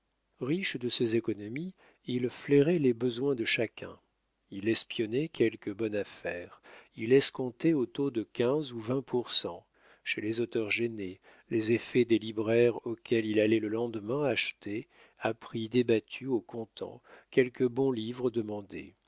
riche de ses économies il flairait les besoins de chacun il espionnait quelque bonne affaire il escomptait au taux de quinze ou vingt pour cent chez les auteurs gênés les effets des libraires auxquels il allait le lendemain acheter à prix débattus au comptant quelques bons livres